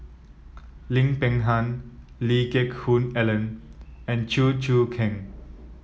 Lim Peng Han Lee Geck Hoon Ellen and Chew Choo Keng